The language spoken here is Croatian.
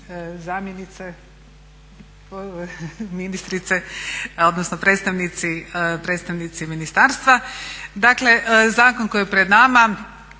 zamjenice ministrice odnosno predstavnici ministarstva. Dakle zakon koji je pred nama